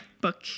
book